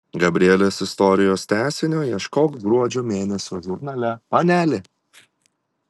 gabrielės istorijos tęsinio ieškok gruodžio mėnesio žurnale panelė